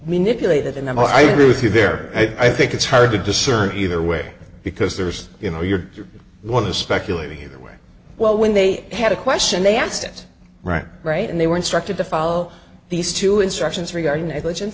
manipulated and i agree with you there i think it's hard to discern either way because there's you know you're one of the speculating here where well when they had a question they asked it right right and they were instructed to follow these two instructions regarding negligence